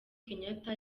kenyatta